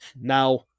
Now